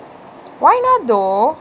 why not though